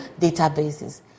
databases